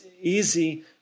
easy